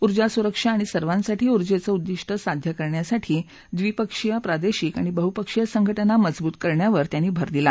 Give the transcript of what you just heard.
ऊर्जा सुरक्षा आणि सर्वांसाठी ऊर्जाच उिद्दिष्ट साध्य करण्यासाठी द्रिपक्षीय प्रादश्रिक आणि बहुपक्षीय संघटना मजबूत करण्यावर त्यांनी भर दिला